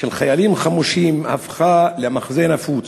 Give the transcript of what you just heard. של חיילים חמושים הפכה למחזה נפוץ.